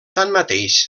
tanmateix